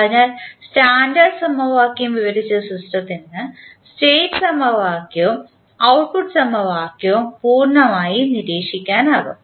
അതിനാൽ സ്റ്റാൻഡേർഡ് സമവാക്യം വിവരിച്ച സിസ്റ്റത്തിന് സ്റ്റേറ്റ് സമവാക്യവും ഔട്ട്പുട്ട് സമവാക്യവും പൂർണ്ണമായും നിരീക്ഷിക്കാനാകും